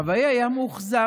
החוואי היה מאוכזב.